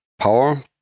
power